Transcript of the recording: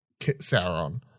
Sauron